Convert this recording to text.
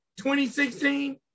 2016